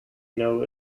know